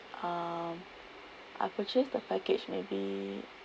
um I purchased the package maybe